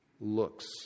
looks